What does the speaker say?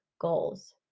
goals